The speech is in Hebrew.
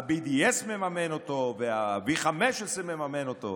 ה-BDS מממן אותו וה-V15 מממן אותו